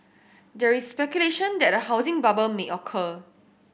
there is speculation that a housing bubble may occur